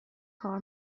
کار